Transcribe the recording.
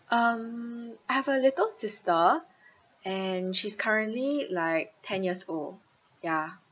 um I have a little sister and she's currently like ten years old ya